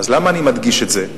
למה אני מדגיש את זה?